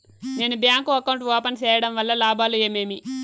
నేను bank account open సేయడం వల్ల లాభాలు ఏమేమి?